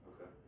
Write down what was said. Okay